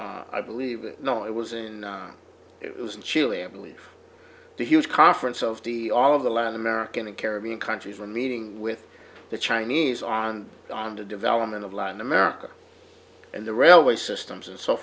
m i believe you know it was and it was in chile i believe the huge conference of the all of the latin american and caribbean countries were meeting with the chinese on on the development of latin america and the railway systems and